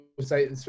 say